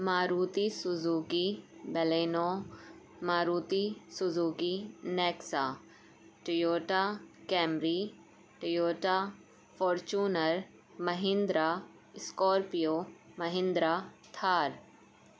Maruti Suzuki Baleno Maruti Suzuki Nexa Toyota Camry Toyota Fortuner Mahindra Scorpio Mahindra Thar